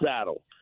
saddle